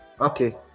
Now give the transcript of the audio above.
okay